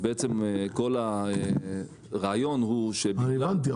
אז בעצם כל הרעיון הוא --- הבנתי.